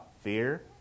fear